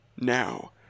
Now